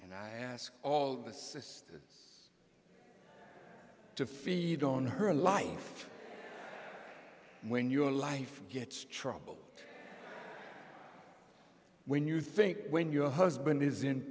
and i ask all the sisters to feed on her life when your life gets troubled when you think when your husband is in